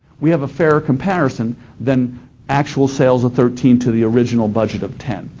we have a fairer comparison than actual sales of thirteen to the original budget of ten.